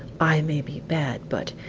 i may be bad, but,